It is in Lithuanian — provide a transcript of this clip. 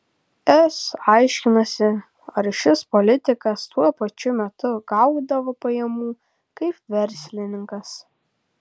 es aiškinasi ar šis politikas tuo pačiu metu gaudavo pajamų kaip verslininkas